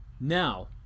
now